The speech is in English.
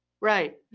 Right